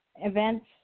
events